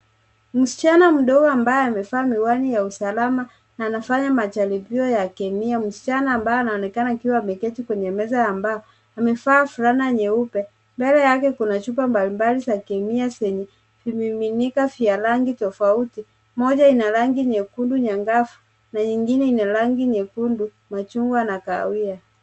Msichana mdogo ambaye amevaa miwani ya usalama na anafanya majaribio ya kemia. Msichana ambaye anaonekana akiwa ameketi kwenye meza ya mbao, amevaa fulana nyeupe. Mbele yake kuna chupa mbalimbali za kemia zenye vimiminika vya rangi tofauti. Moja ina rangi nyekundu angavu na nyingine ina rangi nyekundu ya chungwa na kahawia.